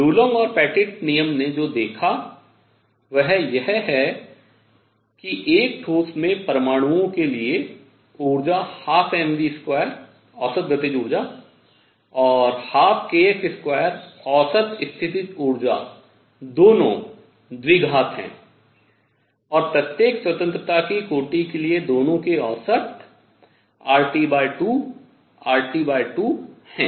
डुलोंग और पेटिट नियम ने जो देखा observe किया वह यह है कि एक ठोस में परमाणुओं के लिए ऊर्जा 12mv2 औसत गतिज ऊर्जा और 12kx2 औसत स्थितिज ऊर्जा दोनों द्विघात हैं और प्रत्येक स्वतंत्रता की कोटि के लिए दोनों के औसत RT2 RT2 है